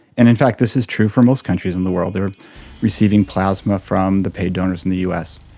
and in fact this is true for most countries in the world they are receiving plasma from the paid donors in the us.